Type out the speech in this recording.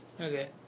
Okay